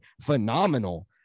phenomenal